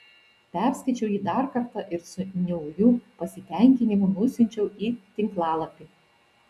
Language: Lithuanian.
perskaičiau jį dar kartą ir su niauriu pasitenkinimu nusiunčiau į tinklalapį